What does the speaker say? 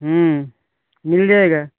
मिल जाएगा